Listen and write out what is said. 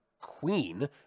queen